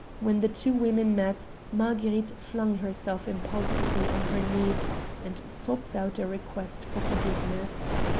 when the two women met marguerite flung herself impulsively on her knees and sobbed out a request for forgiveness.